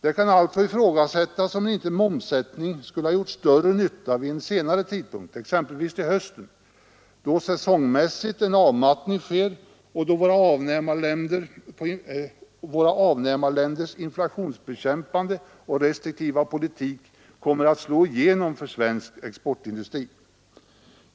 Det kan alltså ifrågasättas om inte en momssänkning skulle ha gjort större nytta vid en senare tidpunkt, exempelvis till hösten, då en säsongmässig avmattning sker och då våra avnämarländers inflationsbekämpande och restriktiva politik kommer att slå igenom för svensk exportindustri.